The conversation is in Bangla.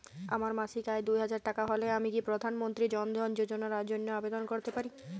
আমার মাসিক আয় দুহাজার টাকা হলে আমি কি প্রধান মন্ত্রী জন ধন যোজনার জন্য আবেদন করতে পারি?